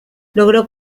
logró